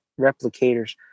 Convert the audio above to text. replicators